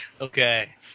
Okay